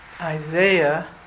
Isaiah